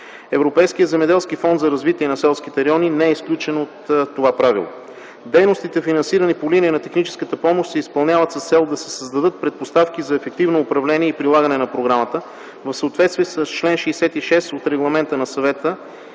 Европейският земеделски фонд за развитие на селските райони не е изключен от това правило. Дейностите, финансирани по линия на техническата помощ, се изпълняват с цел да се създадат предпоставки за ефективно управление и прилагане на програмата в съответствие с чл. 66 Регламент 1698/2005